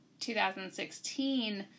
2016